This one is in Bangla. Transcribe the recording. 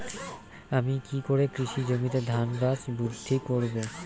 আমি কী করে কৃষি জমিতে ধান গাছ বৃদ্ধি করব?